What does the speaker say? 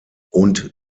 und